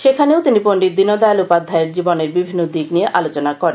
সেখানেও তিনি পন্ডিত দীন দয়াল উপাধ্যায়ের জীবনের বিভিন্ন দিক নিয়ে আলোচনা করেন